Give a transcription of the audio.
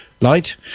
light